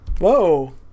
Whoa